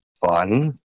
fun